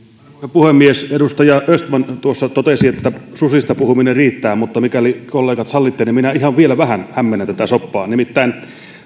puhemies edustaja östman tuossa totesi että susista puhuminen riittää mutta mikäli kollegat sallitte niin minä vielä ihan vähän hämmennän tätä soppaa nimittäin